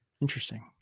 Interesting